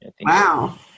Wow